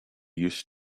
used